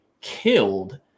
killed